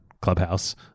Clubhouse